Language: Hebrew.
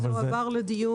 זה הועבר לדיון.